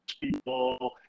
people